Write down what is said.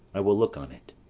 i will look on it.